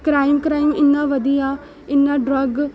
crime crime इन्ना बधी गेआ इन्ना ड्रग